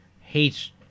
hates